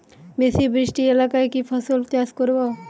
বেশি বৃষ্টি এলাকায় কি ফসল চাষ করব?